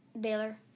Baylor